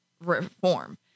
reform